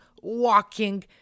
walking